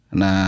na